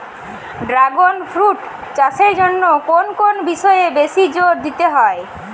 Dragon fruit চাষের জন্য কোন কোন বিষয়ে বেশি জোর দিতে হয়?